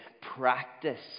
practice